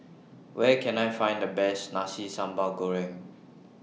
Where Can I Find The Best Nasi Sambal Goreng